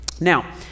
Now